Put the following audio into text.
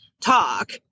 talk